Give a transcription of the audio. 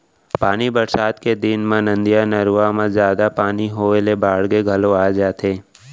पानी बरसात के दिन म नदिया, नरूवा म जादा पानी होए ले बाड़गे घलौ आ जाथे